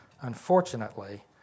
Unfortunately